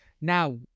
Now